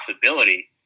possibility